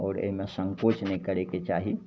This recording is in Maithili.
आओर एहिमे सँकोच नहि करैके चाही